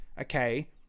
okay